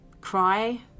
cry